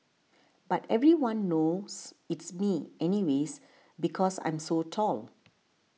but everyone knows it's me anyways because I'm so tall